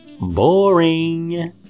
Boring